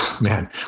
man